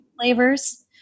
flavors